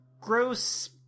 gross